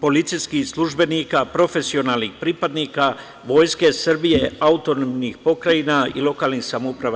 policijskih službenika, profesionalnih pripadnika vojske Srbije, autonomnih pokrajina i lokalnih samouprava.